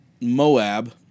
Moab